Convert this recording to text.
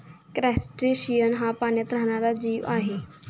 crustacean हा पाण्यात राहणारा जीव आहे